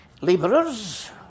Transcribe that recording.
labourers